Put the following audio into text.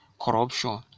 corruption